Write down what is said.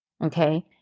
Okay